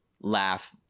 laugh